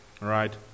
Right